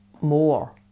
more